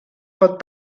pot